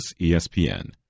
ESPN